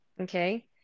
okay